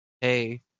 hey